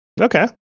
Okay